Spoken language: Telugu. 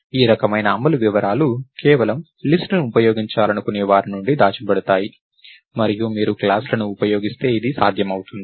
ఈ రకమైన అమలు వివరాలు కేవలం లిస్ట్ ను ఉపయోగించాలనుకునే వారి నుండి దాచబడతాయి మరియు మీరు క్లాస్ లను ఉపయోగిస్తే ఇది సాధ్యమవుతుంది